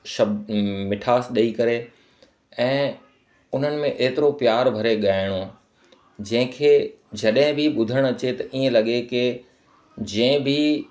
शब्द मिठास ॾेई करे ऐं उन्हनि में एतिरो प्यार भरे ॻाइणो जंहिं खे जॾहें बि ॿुधण अचे त इअं लॻे कि जंहिं बि